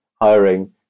hiring